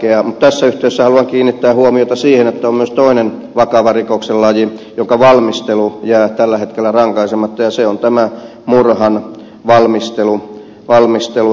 mutta tässä yhteydessä haluan kiinnittää huomiota siihen että on myös toinen vakava rikoksen laji jonka valmistelu jää tällä hetkellä rankaisematta ja se on tämä murhan valmistelu